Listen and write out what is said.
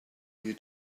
you